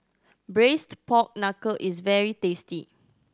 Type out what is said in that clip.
Braised Pork Knuckle is very tasty